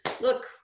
look